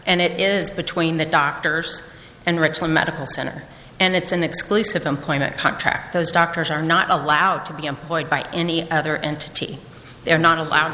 and it is between the doctors and regional medical center and it's an exclusive employment contract those doctors are not allowed to be employed by any other entity they're not allowed